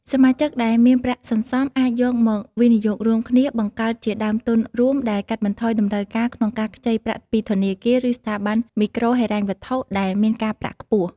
សមាជិកដែលមានប្រាក់សន្សំ អាចយកមកវិនិយោគរួមគ្នា បង្កើតជាដើមទុនរួម ដែលកាត់បន្ថយតម្រូវការក្នុងការខ្ចីប្រាក់ពីធនាគារ ឬស្ថាប័នមីក្រូហិរញ្ញវត្ថុដែលមានការប្រាក់ខ្ពស់។